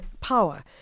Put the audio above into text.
power